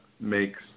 makes